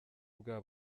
bwa